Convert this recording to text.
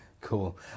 Cool